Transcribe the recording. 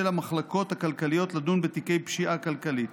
המחלקות הכלכליות לדון בתיקי פשיעה כלכלית.